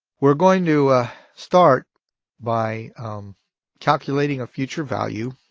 we're going to start by calculating a future value